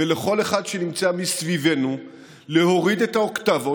ולכל אחד שנמצא מסביבנו להוריד את האוקטבות,